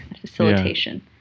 Facilitation